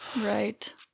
Right